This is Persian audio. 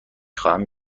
خواهم